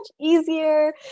easier